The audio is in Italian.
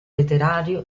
letterario